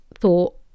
thought